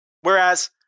Whereas